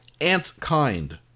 Antkind